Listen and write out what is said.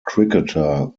cricketer